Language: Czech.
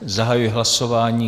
Zahajuji hlasování.